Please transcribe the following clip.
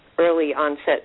early-onset